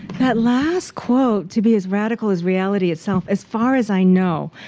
that last quote to be as radical as reality itself as far as i know,